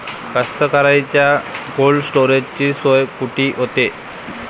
कास्तकाराइच्या कोल्ड स्टोरेजची सोय कुटी होते?